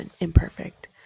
imperfect